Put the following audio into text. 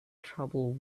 trouble